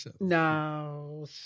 No